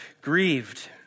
grieved